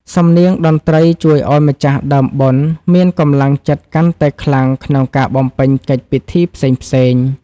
សំនៀងតន្ត្រីជួយឱ្យម្ចាស់ដើមបុណ្យ មានកម្លាំងចិត្តកាន់តែខ្លាំងក្នុងការបំពេញកិច្ចពិធីផ្សេងៗ។